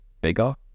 bigger